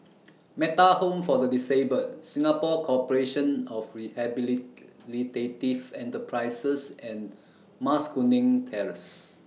Metta Home For The Disabled Singapore Corporation of Rehabilitative Enterprises and Mas Kuning Terrace